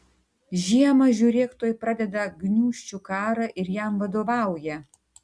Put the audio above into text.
žiemą žiūrėk tuoj pradeda gniūžčių karą ir jam vadovauja